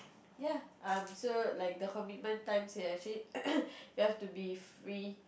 ya um so like the commitment times are actually you have to be free